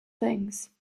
things